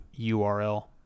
URL